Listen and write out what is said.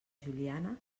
juliana